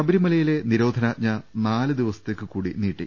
ശബരിമലയിലെ നിരോധനാജ്ഞ ൻാല് ദിവസത്തേക്ക് കൂടി നീട്ടി